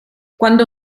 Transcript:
quando